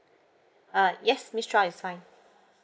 uh yes miss chua is fine